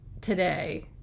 today